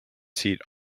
seat